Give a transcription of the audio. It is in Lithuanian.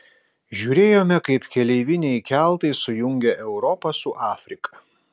žiūrėjome kaip keleiviniai keltai sujungia europą su afrika